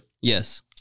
Yes